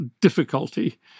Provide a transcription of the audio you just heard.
difficulty